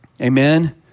Amen